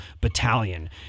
battalion